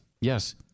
Yes